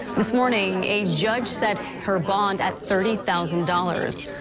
this morning a judge set her bond at thirty thousand dollars.